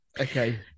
Okay